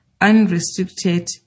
unrestricted